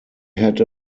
had